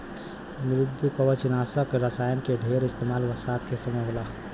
मृदुकवचनाशक रसायन के ढेर इस्तेमाल बरसात के समय होला